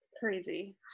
Crazy